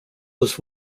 was